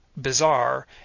bizarre